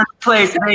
place